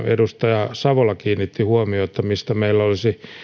edustaja savola kiinnitti huomiota mistä meillä olisi